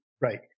Right